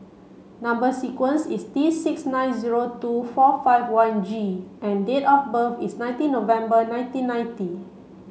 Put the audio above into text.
number sequence is T six nine zero two four five one G and date of birth is nineteen November nineteen ninety